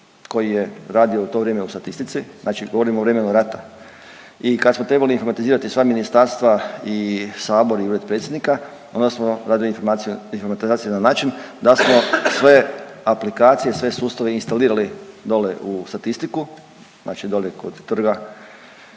koji je radio u to vrijeme u statistici, znači govorimo o vremenu rata i kad smo trebali informatizirati sva ministarstva i Sabor i Ured predsjednika, onda smo radili informatizacije na način da smo sve aplikacije, sve sustave instalirali dolje u statistiku, znači dolje kod Trga